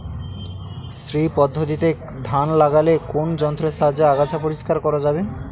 শ্রী পদ্ধতিতে ধান লাগালে কোন যন্ত্রের সাহায্যে আগাছা পরিষ্কার করা যাবে?